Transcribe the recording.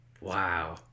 Wow